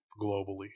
globally